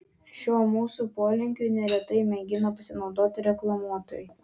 šiuo mūsų polinkiu neretai mėgina pasinaudoti reklamuotojai